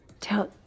Tell